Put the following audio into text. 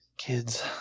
Kids